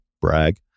Brag